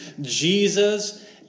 Jesus